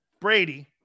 Brady